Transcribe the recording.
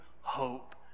hope